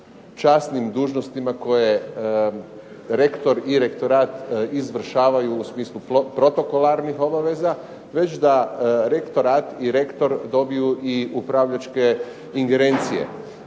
časnim dužnostima koje rektor i rektorat izvršavaju u smislu protokolarnih obaveza već da rektorat i rektor dobiju i upravljačke ingerencije.